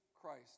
Christ